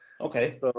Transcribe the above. Okay